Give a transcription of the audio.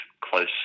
close